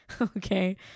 Okay